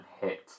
hit